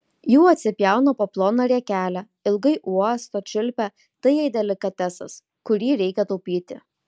jų atsipjauna po ploną riekelę ilgai uosto čiulpia tai jai delikatesas kurį reikia taupyti